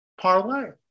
parlay